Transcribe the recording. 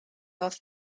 was